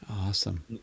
Awesome